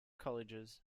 colleges